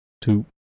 two